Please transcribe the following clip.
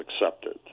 accepted